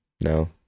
No